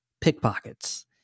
pickpockets